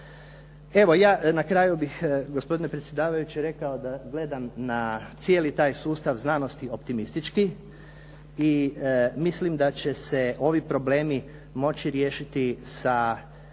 Evo, ja na kraju bih gospodine predsjedavajući rekao da gledam na cijeli taj sustav znanosti optimistički i mislim da će se ovi problemi moći riješiti sa